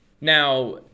Now